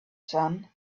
son